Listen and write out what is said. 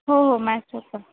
हो हो मॅथ्स होतं